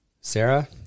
Sarah